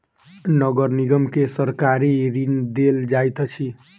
नगर निगम के सरकारी ऋण देल जाइत अछि